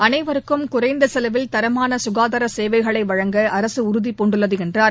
அனைவருக்கும் குறைந்த செலவில் தரமான சுகாதார சேவைகளை வழங்க அரக உறுதிபூண்டுள்ளது என்றார்